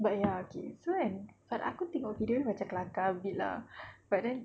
but ya okay so kan but aku tengok video dia macam kelakar a bit lah but then